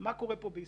ומה קורה פה בישראל?